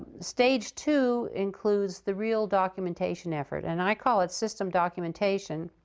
stage two includes the real documentation effort, and i call it system documentation.